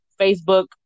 Facebook